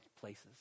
places